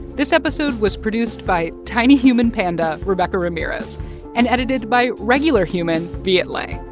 this episode was produced by tiny human panda rebecca ramirez and edited by regular human viet le.